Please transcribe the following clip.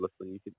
listening